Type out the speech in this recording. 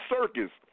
Circus